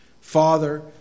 father